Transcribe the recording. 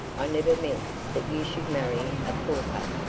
i never meant that you should marry a pauper.